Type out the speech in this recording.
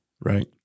Right